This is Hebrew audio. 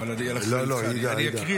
לא, לא, אתה תדע.